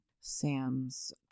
Sam's